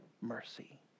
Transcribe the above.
mercy